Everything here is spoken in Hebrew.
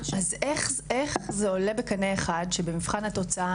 אז איך זה עולה בקנה אחד שבמבחן התוצאה,